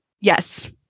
Yes